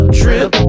trip